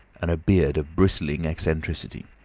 and a beard of bristling eccentricity.